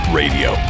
radio